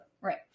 right